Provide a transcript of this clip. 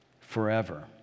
forever